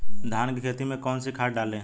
धान की खेती में कौन कौन सी खाद डालें?